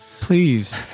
Please